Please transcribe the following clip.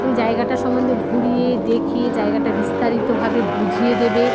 তেমন জায়গাটা সম্বন্ধে ঘুরিয়ে দেখিয়ে জায়গাটা বিস্তারিতভাবে বুঝিয়ে দেবে